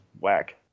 whack